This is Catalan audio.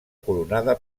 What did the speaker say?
coronada